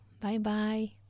Bye-bye